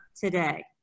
Today